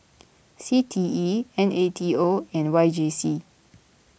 C T E N A T O and Y J C